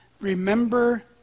remember